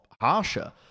harsher